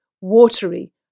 watery